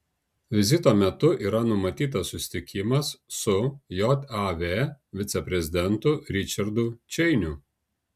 vizito metu yra numatytas susitikimas su jav viceprezidentu ričardu čeiniu